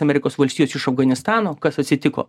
amerikos valstijos iš afganistano kas atsitiko